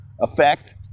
effect